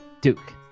Duke